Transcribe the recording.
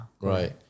right